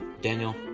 Daniel